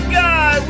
guy